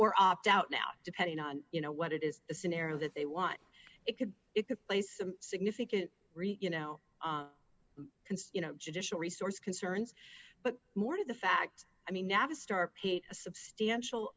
or opt out now depending on you know what it is a scenario that they want it could it could play some significant rate you know you know judicial resource concerns but more to the fact i mean navistar paid a substantial